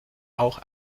auch